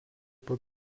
pat